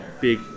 big